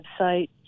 website